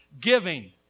giving